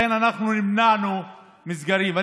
לכן, אנחנו נמנענו מסגרים.